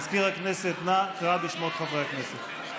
מזכיר הכנסת, אנא קרא בשמות חברי הכנסת.